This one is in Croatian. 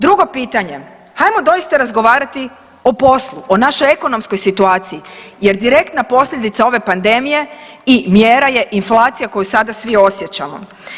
Drugo pitanje, hajmo doista razgovarati o poslu, o našoj ekonomskoj situaciji jer direktna posljedica ove pandemije i mjera je inflacija koju sada svi osjećamo.